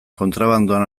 kontrabandoan